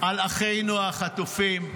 על אחינו החטופים.